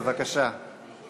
אדוני